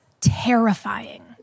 terrifying